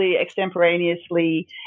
extemporaneously